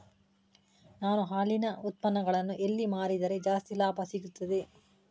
ನಾನು ಹಾಲಿನ ಉತ್ಪನ್ನಗಳನ್ನು ಎಲ್ಲಿ ಮಾರಿದರೆ ಜಾಸ್ತಿ ಲಾಭ ಸಿಗುತ್ತದೆ?